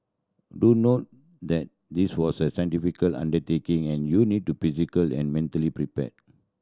do note that this walk is a significant undertaking and you need to physical and mentally prepared